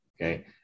okay